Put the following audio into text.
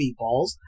Meatballs